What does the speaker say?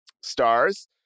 stars